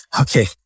okay